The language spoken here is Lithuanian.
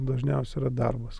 dažniausiai yra darbas